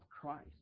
Christ